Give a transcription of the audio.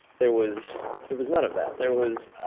there was there was none of that. there was